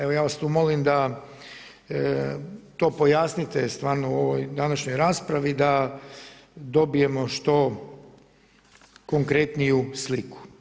Evo ja vas tu molim da to pojasnite stvarno u ovoj današnjoj raspravi da dobijemo što konkretniju sliku.